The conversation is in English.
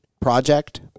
project